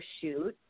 shoot